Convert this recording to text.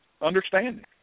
understanding